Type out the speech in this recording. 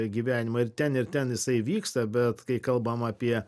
gyvenimą ir ten ir ten jisai vyksta bet kai kalbam apie